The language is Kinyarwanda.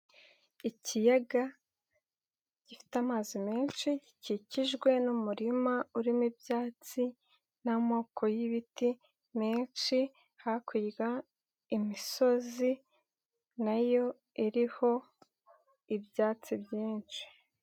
Ikiyaga, gifite amazi menshi, gikikijwe n'umurima urimo ibyatsi n'amoko y'ibiti menshi, hakurya imisozi nayo iriho ibyatsi byinshi.